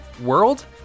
world